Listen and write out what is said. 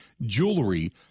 Jewelry